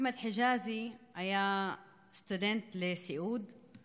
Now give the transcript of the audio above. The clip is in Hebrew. אחמד חג'אזי היה סטודנט לסיעוד,